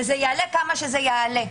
ויעלה כמה שיעלה.